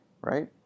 right